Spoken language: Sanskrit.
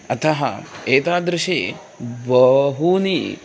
अतः एतादृशं बहूनि